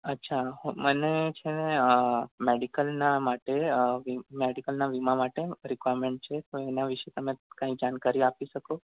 અચ્છા મને છે ને મેડિકલના માટે મેડિકલના વીમા માટે રિકવાયરમેન્ટ છે તો એના વિષે તમે કાંઈ જાણકારી આપી શકો